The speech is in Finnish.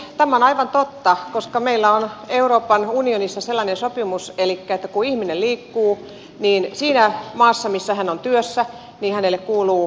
tämä on aivan totta koska meillä on euroopan unionissa sellainen sopimus elikkä kun ihminen liikkuu niin siinä maassa missä hän on työssä hänelle kuuluu sen maan sosiaaliturva